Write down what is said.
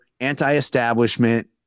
anti-establishment